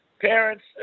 parents